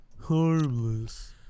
harmless